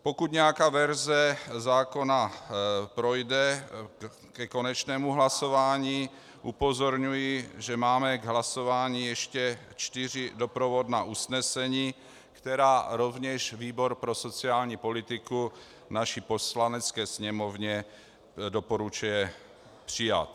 Pokud nějaká verze zákona projde ke konečnému hlasování, upozorňuji, že máme k hlasování ještě čtyři doprovodná usnesení, která rovněž výbor pro sociální politiku naší Poslanecké sněmovně doporučuje přijmout.